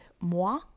moi